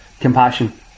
Compassion